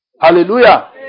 Hallelujah